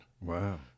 Wow